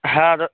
হ্যাঁ দা